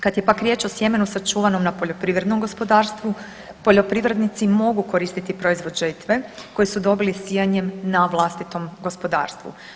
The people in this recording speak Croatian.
Kad je pak riječ o sjemenu sačuvanom na poljoprivrednom gospodarstvu, poljoprivrednici mogu koristiti proizvod žetve, koji su dobili sijanjem na vlastitom gospodarstvu.